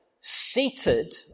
seated